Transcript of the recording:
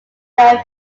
are